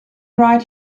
right